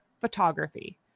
photography